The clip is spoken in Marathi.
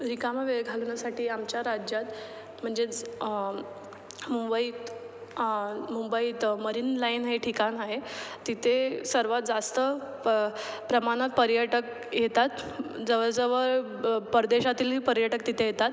रिकामा वेळ घालवण्यासाठी आमच्या राज्यात म्हणजेच मुंबईत मुंबईत मरीन लाईन हे ठिकाण आहे तिथे सर्वात जास्त प प्रमाणात पर्यटक येतात जवळजवळ परदेशातीलही पर्यटक तिथे येतात